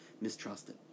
mistrusted